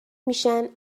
میشن